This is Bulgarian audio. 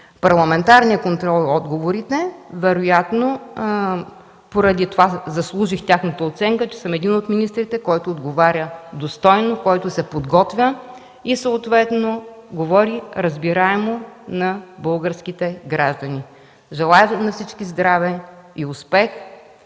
парламентарния контрол и отговорите, вероятно поради това заслужих тяхната оценка, че съм един от министрите, който отговаря достойно, който се подготвя и съответно говори разбираемо на българските граждани. Желая на всички здраве и успех!